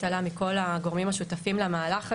עלה מכל הגורמים השותפים למהלך הזה,